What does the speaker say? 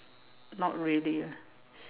not really ah